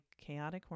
chaotic